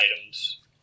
items